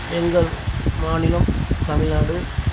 எங்கள் மாநிலம் தமிழ்நாடு